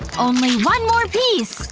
only one more piece!